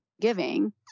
giving